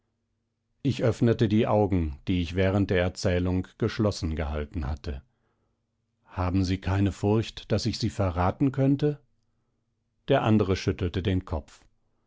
ich öffnete die augen die ich während der erzählung geschlossen gehalten hatte haben sie keine furcht daß ich sie verraten könnte der andere schüttelte den kopf